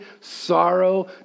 sorrow